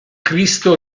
cristo